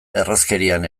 errazkerian